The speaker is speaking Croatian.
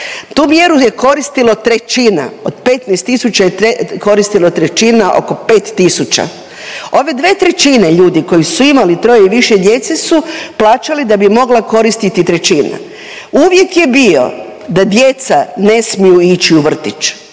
Tu mjeru je koristilo trećina od 15 tisuća je koristilo trećina oko 5 tisuća. Ove 2/3 ljudi koji su imali troje i više djece su plaćali da bi mogla koristiti trećina. Uvjet je bio da djeca ne smiju ići u vrtić.